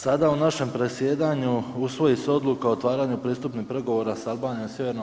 Sada u našem predsjedanju usvoji se odluka o otvaranju pristupnim pregovora s Albanijom i Sj.